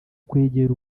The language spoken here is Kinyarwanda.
kwegera